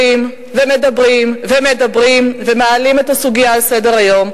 ומדברים ומדברים ומעלים את הסוגיה על סדר-היום,